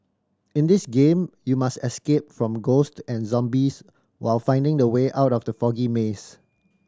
in this game you must escape from ghost and zombies while finding the way out of the foggy maze